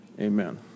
Amen